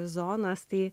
zonas tai